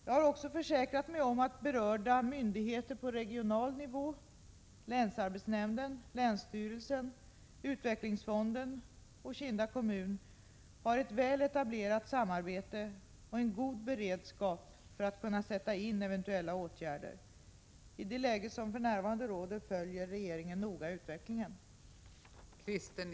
Jag har också försäkrat mig om att berörda myndigheter på regional nivå — länsarbetsnämnden, länsstyrelsen, utvecklingsfonden och Kinda kommun — har ett väl etablerat samarbete och en god beredskap för att kunna sätta in eventuella åtgärder. I det läge som för närvarande råder följer regeringen noga utvecklingen.